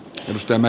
tutustuimme